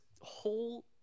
whole